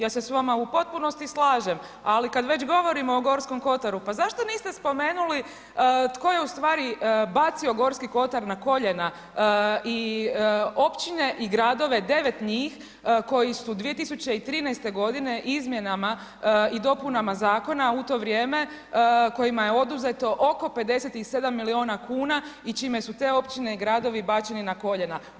Ja se s vama u potpunosti slažem, ali kad već govorimo o Gorskom Kotaru, pa zašto niste spomenuli tko je ustvari bacio Gorski Kotar na koljena i Općine i Gradove, devet njih, koji su 2013. godine izmjenama i dopunama Zakona u to vrijeme, kojima je oduzeto oko 57 milijuna kuna i čime su te Općine i Gradovi bačeni na koljena.